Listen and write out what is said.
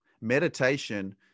meditation